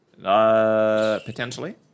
Potentially